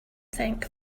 think